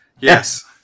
Yes